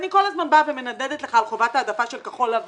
אני כל הזמן באה ומנדנדת לך על חובת העדפה של כחול-לבן,